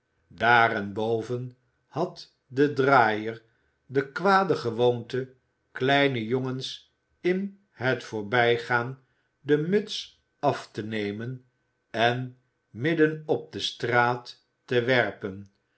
daarenboven had de draaier de kwade gewoonte kleine jongens in het voorbijgaan de muts af te nemen en midden op de straat te werpen